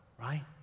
right